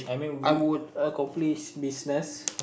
I would accomplish business